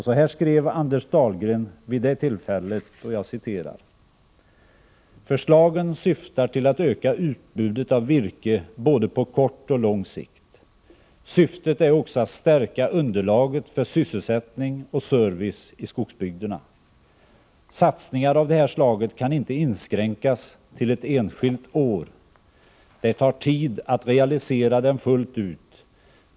Så här skrev Anders Dahlgren vid det tillfället: ”Förslagen syftar till att öka utbudet av virke både på kort och lång sikt. Syftet är också att stärka underlaget för sysselsättning och service i skogsbygderna. Satsningar av det här slaget kan inte inskränkas till ett enskilt år. Det tar tid att realisera dem fullt ut.